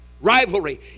Rivalry